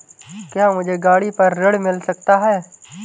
क्या मुझे गाड़ी पर ऋण मिल सकता है?